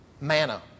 manna